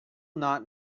not